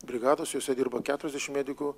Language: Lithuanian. brigados jose dirba keturiasdešimt medikų